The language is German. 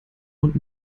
und